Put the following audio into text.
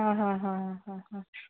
हां हां हां हां